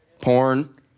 Porn